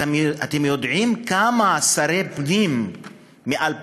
אתם יודעים כמה שרי פנים היו מ-2004,